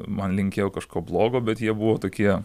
man linkėjo kažko blogo bet jie buvo tokie